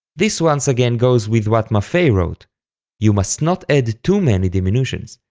this once again goes with what maffei wrote you must not add too many diminutions,